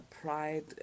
pride